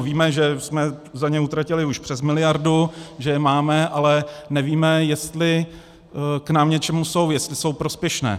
Víme, že jsme za ně utratili už přes miliardu, že je máme, ale nevíme, jestli nám k něčemu jsou, jestli jsou prospěšné.